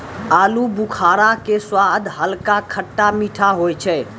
आलूबुखारा के स्वाद हल्का खट्टा मीठा होय छै